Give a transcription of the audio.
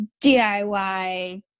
DIY